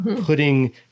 putting